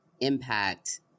impact